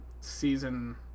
season